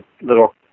little